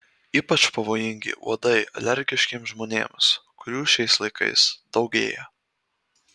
ypač pavojingi uodai alergiškiems žmonėms kurių šiais laikais daugėja